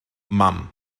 mam